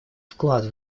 вклад